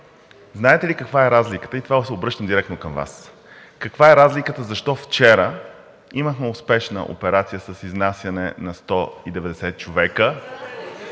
Знаете ли каква е разликата и с това се обръщам директно към Вас: каква е разликата защо вчера имахме успешна операция с изнасяне на 190 човека…